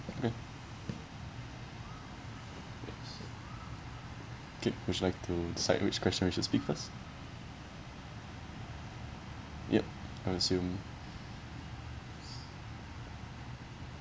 okay okay would you like to decide which question we should speak first ya I assume